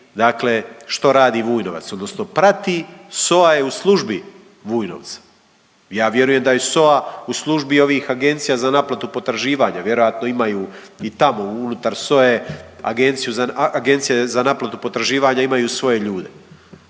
dakle što radi Vujnovac, odnosno prati. SOA je u službi Vujnovca. Ja vjerujem da je SOA u službi ovih agencija za naplatu potraživanja. Vjerojatno imaju i tamo unutar SOA-e agencije za naplatu potraživanja, imaju svoje ljude.